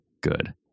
good